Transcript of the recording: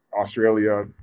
Australia